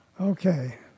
Okay